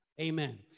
Amen